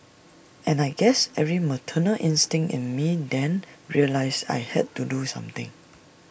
and I guess every maternal instinct in me then realised I had to do something